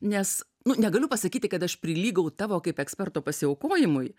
nes nu negaliu pasakyti kad aš prilygau tavo kaip eksperto pasiaukojimui